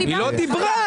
היא לא דיברה.